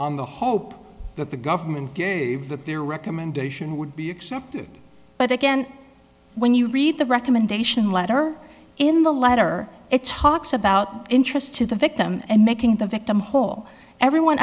on the hope that the government gave that their recommendation would be accepted but again when you read the recommendation letter in the letter it talks about interest to the victim and making the victim whole everyone